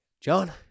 John